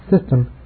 system